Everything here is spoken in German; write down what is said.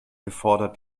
gefordert